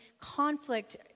conflict